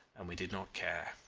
and we did not care.